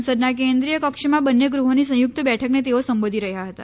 સંસદના કેન્રી ુય કક્ષમાં બંને ગૃહોની સંયુક્ત બેઠકને તેઓ સંબોધી રહ્યા હતા